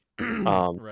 Right